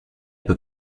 peu